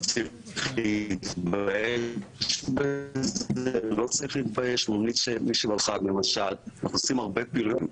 לא צריך להתבייש בזה, אנחנו עושים הרבה פעילויות.